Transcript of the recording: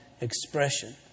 expression